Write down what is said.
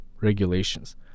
regulations